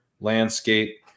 landscape